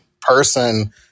person